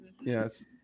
Yes